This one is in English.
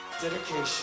dedication